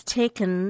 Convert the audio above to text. taken